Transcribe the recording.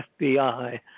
FBI